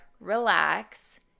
Relax